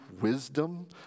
wisdom